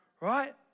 right